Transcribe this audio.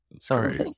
Sorry